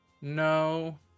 No